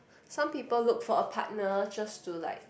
some people look for a partner just to like